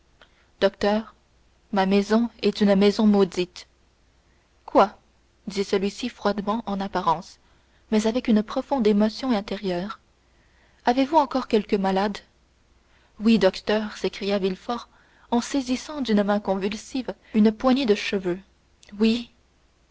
docteur ma maison est une maison maudite quoi dit celui-ci froidement en apparence mais avec une profonde émotion intérieure avez-vous encore quelque malade oui docteur s'écria villefort en saisissant d'une main convulsive une poignée de cheveux oui